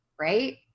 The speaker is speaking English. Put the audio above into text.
Right